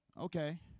Okay